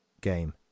game